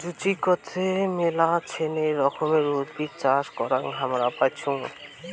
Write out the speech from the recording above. জুচিকতে মেলাছেন রকমের উদ্ভিদ চাষ করাং হামরা পাইচুঙ